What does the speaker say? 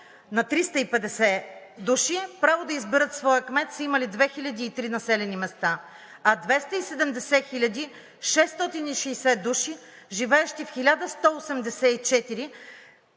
на 350 души, право да изберат своя кмет са имали 2003 населени места, а 270 660 души, живеещи в 1184